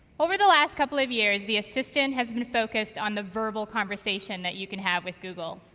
over the last couple of years the assistant has been focused on the verbal conversation that you can have with google.